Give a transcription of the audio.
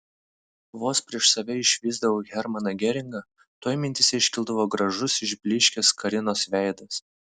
vos prieš save išvysdavau hermaną geringą tuoj mintyse iškildavo gražus išblyškęs karinos veidas